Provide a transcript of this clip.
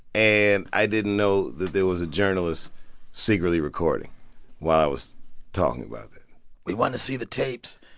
and i didn't know that there was a journalist secretly recording while i was talking about it we want to see the tapes.